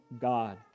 God